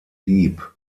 deep